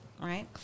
right